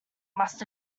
must